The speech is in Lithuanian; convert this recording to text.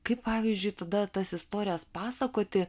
kaip pavyzdžiui tada tas istorijas pasakoti